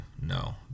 No